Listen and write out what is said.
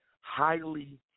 highly